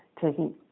taking